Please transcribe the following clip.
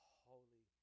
holy